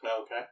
Okay